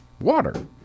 water